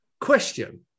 Question